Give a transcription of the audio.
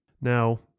now